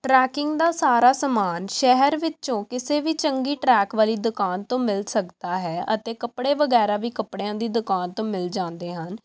trekking ਦਾ ਸਾਰਾ ਸਮਾਨ ਸ਼ਹਿਰ ਵਿੱਚੋਂ ਕਿਸੇ ਵੀ ਚੰਗੀ ਟਰੈਕ ਵਾਲੀ ਦੁਕਾਨ ਤੋਂ ਮਿਲ ਸਕਦਾ ਹੈ ਅਤੇ ਕੱਪੜੇ ਵਗੈਰਾ ਵੀ ਕੱਪੜਿਆਂ ਦੀ ਦੁਕਾਨ ਤੋਂ ਮਿਲ ਜਾਂਦੇ ਹਨ